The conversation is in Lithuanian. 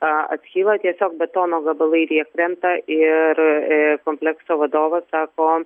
atskyla tiesiog betono gabalai tiek krenta ir komplekso vadovas sako